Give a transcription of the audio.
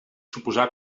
suposar